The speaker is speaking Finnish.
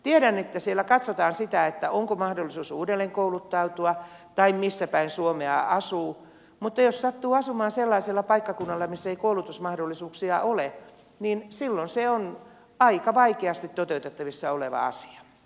tiedän että siellä katsotaan sitä onko mahdollisuus uudelleenkouluttautua tai missä päin suomea asuu mutta jos sattuu asumaan sellaisella paikkakunnalla missä ei koulutusmahdollisuuksia ole niin silloin se on aika vaikeasti toteutettavissa oleva asia